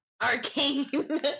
arcane